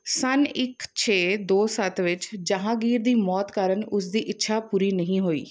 ਸੰਨ ਇੱਕ ਛੇ ਦੋ ਸੱਤ ਵਿੱਚ ਜਹਾਂਗੀਰ ਦੀ ਮੌਤ ਕਾਰਣ ਉਸ ਦੀ ਇੱਛਾ ਪੂਰੀ ਨਹੀਂ ਹੋਈ